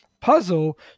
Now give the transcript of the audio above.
puzzle